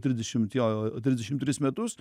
trisdešimt jo trisdešim tris metus